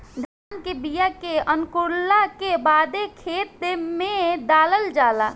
धान के बिया के अंकुरला के बादे खेत में डालल जाला